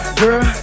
girl